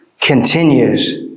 continues